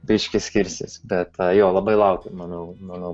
biškį skirsis bet jo labai laukiu manau manau